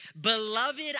Beloved